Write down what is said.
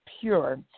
pure